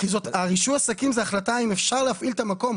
רישוי עסקים זאת החלטה אם אפשר להפעיל את המקום.